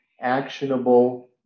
actionable